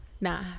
nah